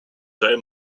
their